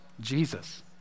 Jesus